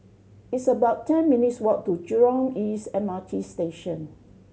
it's about ten minutes' walk to Jurong East M R T Station